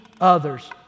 others